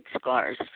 scars